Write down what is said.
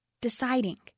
Deciding